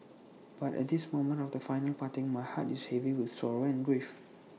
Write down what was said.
but at this moment of the final parting my heart is heavy with sorrow and grief